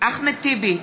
אחמד טיבי,